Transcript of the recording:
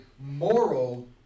moral